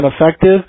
effective